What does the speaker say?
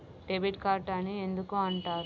Debit card అని ఎందుకు అంటారు?